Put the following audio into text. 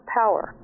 power